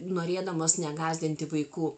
norėdamos negąsdinti vaikų